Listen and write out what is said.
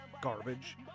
garbage